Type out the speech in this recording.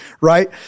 Right